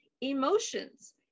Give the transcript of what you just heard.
emotions